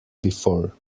before